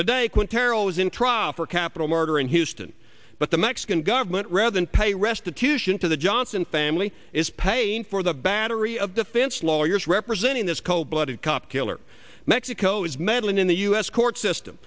in trial for capital murder in houston but the mexican government rather than pay restitution to the johnson family is paying for the battery of defense lawyers representing this call blooded cop killer mexico's meddling in the u s court system